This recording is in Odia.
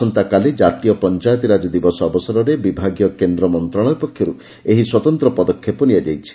ଆସନ୍ତାକାଲି କାତୀୟ ପଞାୟତରାଜ ଦିବସ ଅବସରରେ ବିଭାଗୀୟ କେନ୍ଦ୍ର ମନ୍ତଶାଳୟ ପକ୍ଷରୁ ଏହି ସ୍ୱତନ୍ତ ପଦକ୍ଷେପ ନିଆଯାଇଛି